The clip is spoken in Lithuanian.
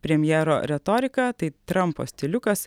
premjero retorika tai trampo stiliukas